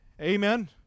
Amen